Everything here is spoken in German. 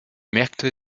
märkte